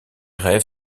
rêves